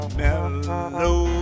mellow